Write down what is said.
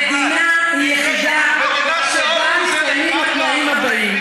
מדינה היא יחידה שבה מתקיימים התנאים האלה: